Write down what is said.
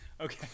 Okay